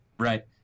Right